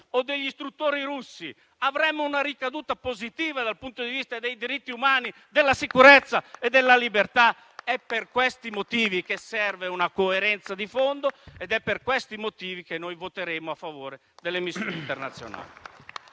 con degli istruttori turchi o russi, avremmo una ricaduta positiva dal punto di vista dei diritti umani, della sicurezza e della libertà? È per questi motivi che serve una coerenza di fondo ed è per questi motivi che voteremo a favore delle missioni internazionali.